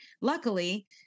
Luckily